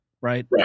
right